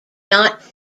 not